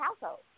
household